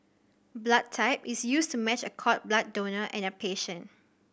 blood type is used to match a cord blood donor and a patient